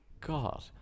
God